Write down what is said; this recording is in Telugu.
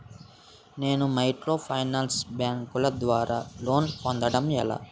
నేను మైక్రోఫైనాన్స్ బ్యాంకుల ద్వారా లోన్ పొందడం ఎలా?